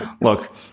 look